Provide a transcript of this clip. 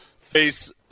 Face